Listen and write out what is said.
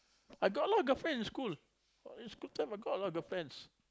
I got a lot of girlfriends in school is school time I got a lot of girlfriends